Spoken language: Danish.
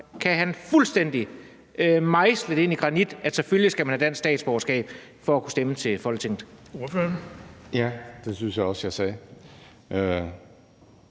kan han fuldstændig mejsle det ind i granit, at selvfølgelig skal man have dansk statsborgerskab for at kunne stemme til Folketinget? Kl. 18:59 Den fg. formand